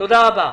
תודה רבה.